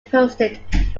posed